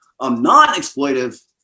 non-exploitive